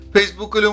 Facebook